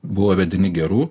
buvo vedini gerų